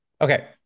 Okay